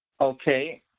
Okay